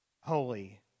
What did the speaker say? holy